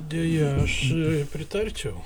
deja aš pritarčiau